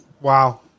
Wow